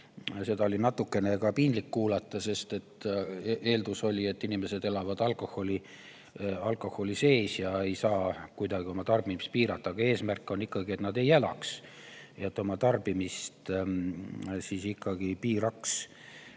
seda oli natuke piinlik kuulata, sest eeldus oli, et inimesed elavad alkoholi sees ja ei saa kuidagi oma tarbimist piirata. Aga eesmärk on, et nad nii ei elaks ja oma tarbimist ikkagi piiraksid.